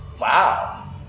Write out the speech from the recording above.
wow